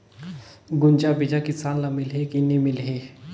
गुनजा बिजा किसान ल मिलही की नी मिलही?